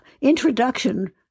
introduction